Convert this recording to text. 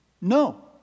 no